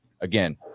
Again